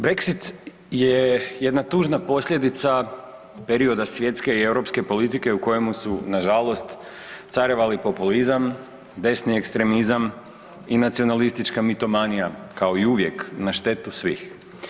Brexit je jedna tužna posljedica perioda svjetske i europske politike u kojemu su nažalost carevali populizam, desni ekstremizam i nacionalistička mitomanija kao i uvijek na štetu svih.